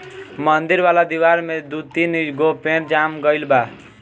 मंदिर वाला दिवार में दू तीन गो पेड़ जाम गइल बा